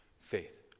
faith